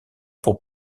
pour